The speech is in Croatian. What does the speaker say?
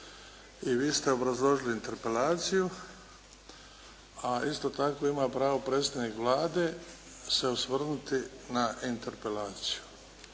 I vi ste obrazložili interpelaciju, a isto tako ima pravo predstavnik Vlade se osvrnuti na interpelaciju.